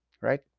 right